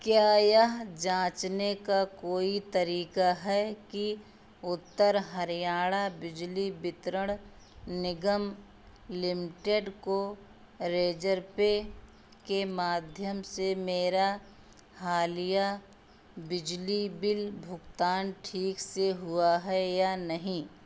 क्या यह जाँचने का कोई तरीक़ा है कि उत्तर हरियाणा बिजली वितरण निगम लिमिटेड को रेजर पे के माध्यम से मेरा हालिया बिजली बिल भुगतान ठीक से हुआ है या नहीं